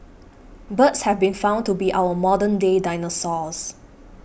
birds have been found to be our modern day dinosaurs